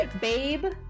babe